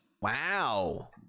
Wow